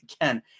again